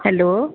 hello